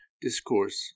Discourse